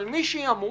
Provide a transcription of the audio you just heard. אבל מי שימות,